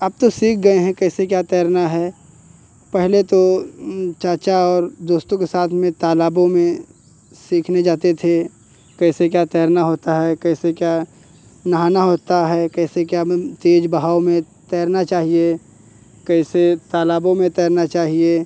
अब तो सीख गए हैं कैसे क्या तैरना है पहले तो चाचा और दोस्तों के साथ में तालाबों में सीखने जाते थे कैसे क्या तैरना होता है कैसे क्या नहाना होता है कैसे क्या तेज बहाव में तैरना चाहिए कैसे तालाबों में तैरना चाहिए